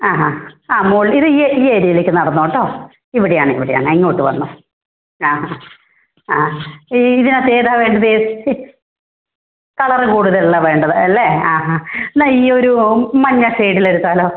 ആ ഹാ ആ മുകളിൽ ഇത് ഈ ഈ ഏരിയയിലേക്ക് നടന്നോ കേട്ടോ ഇവിടെയാണ് ഇവിടെയാണ് ഇങ്ങോട്ട് വന്നോളൂ ആ ആ ആ ഇതിനകത്ത് ഏതാണ് വേണ്ടത് കളർ കുടുതലുള്ളതാണ് വേണ്ടത് അല്ലേ ആഹാ എന്നാൽ ഈയൊരു മഞ്ഞ ഷെയ്ഡിൽ എടുത്താല്ലോ